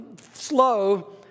slow